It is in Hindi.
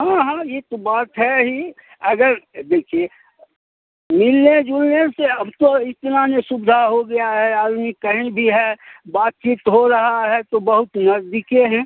हाँ हाँ ये तो बात है ही अगर देखिए मिलने जुलने से अब तो इतना नहीं सुविधा हो गया है आदमी कहीं भी है बातचीत हो रहा है तो बहुत नजदीके हैं